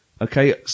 Okay